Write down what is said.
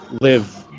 live